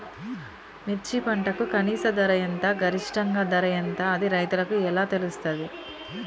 మిర్చి పంటకు కనీస ధర ఎంత గరిష్టంగా ధర ఎంత అది రైతులకు ఎలా తెలుస్తది?